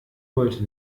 wollte